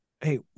hey